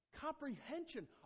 comprehension